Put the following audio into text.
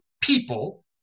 people